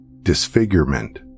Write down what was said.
disfigurement